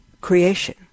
creation